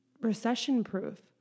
recession-proof